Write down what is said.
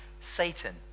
Satan